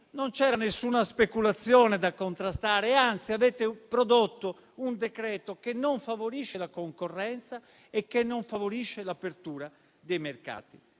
non c'era nessuna speculazione da contrastare. Anzi, avete prodotto un decreto-legge che non favorisce la concorrenza e l'apertura dei mercati.